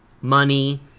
money